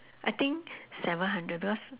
I think seven hundred because